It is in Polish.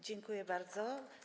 Dziękuję bardzo.